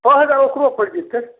छओ हजार ओकरो पैरि जेतै